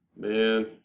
Man